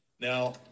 Now